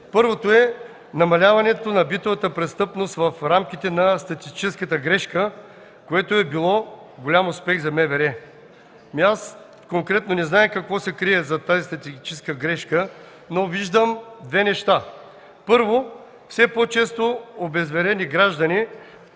Първото е намаляването на битовата престъпност в рамките на статистическата грешка, което е било голям успех за МВР. Аз конкретно не зная какво се крие зад тази статистическа грешка, но виждам две неща: първо, все по-често обезверени граждани